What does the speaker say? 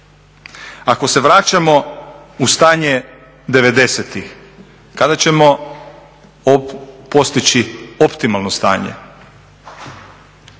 Ako se vraćamo u stanje '90.-tih kada ćemo postići optimalno stanje?